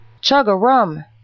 Chug-a-rum